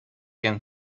can